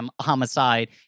Homicide